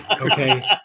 Okay